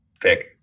pick